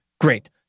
great